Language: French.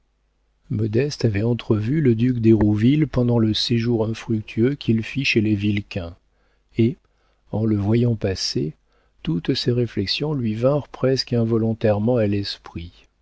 modeste avait entrevu le duc d'hérouville pendant le séjour infructueux qu'il fit chez les vilquin et en le voyant passer toutes ces réflexions lui vinrent presque involontairement à l'esprit